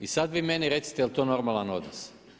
I sad vi meni recite jel to normalan odnos?